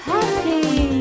Happy